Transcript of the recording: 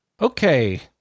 Okay